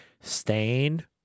Stain